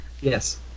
Yes